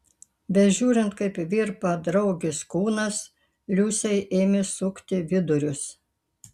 bežiūrint kaip virpa draugės kūnas liusei ėmė sukti vidurius